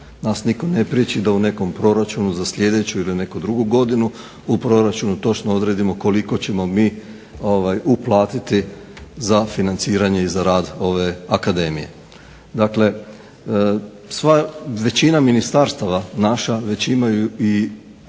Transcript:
Nas nitko ne priječi da u nekom proračunu za sljedeću ili neku drugu godinu u proračunu točno odredimo koliko ćemo mi uplatiti za financiranje i za rad ove akademije. Dakle, većina ministarstva naša već imaju i